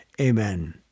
Amen